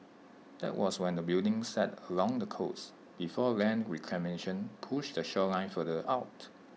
that was when the building sat along the coast before land reclamation push the shoreline further out